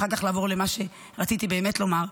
ואחר כך לעבור למה שרציתי באמת לומר,